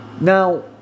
Now